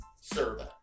serve